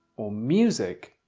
or music